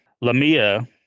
Lamia